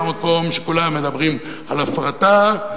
במקום שכולם מדברים על הפרטה,